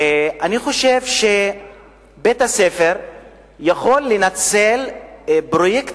אני חושב שבית-הספר יכול לנצל פרויקט